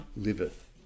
liveth